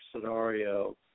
scenario